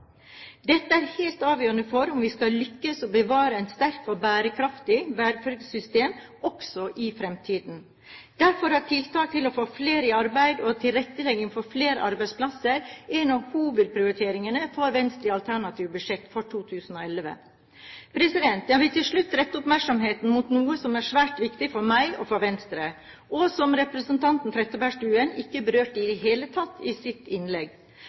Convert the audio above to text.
Dette er helt avgjørende for om vi skal lykkes med å bevare et sterkt og bærekraftig velferdssystem også i fremtiden. Derfor er tiltak for å få flere i arbeid og tilrettelegging for flere arbeidsplasser en av hovedprioriteringene i Venstres alternative budsjett for 2011. Jeg vil til slutt rette oppmerksomheten mot noe som er svært viktig for meg og for Venstre, og som representanten Trettebergstuen ikke berørte i det hele tatt i sitt innlegg.